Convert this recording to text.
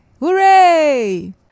Hooray